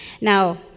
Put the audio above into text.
Now